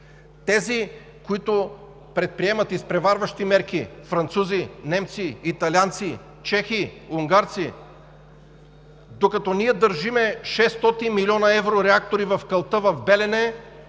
Тези, които предприемат изпреварващи мерки, са французи, немци, италианци, чехи, унгарци. Докато ние държим 600 млн. евро за реактори в калта в Белене,